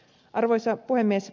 arvoisa puhemies